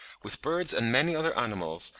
with birds and many other animals,